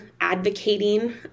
advocating